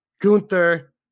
gunther